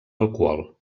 alcohol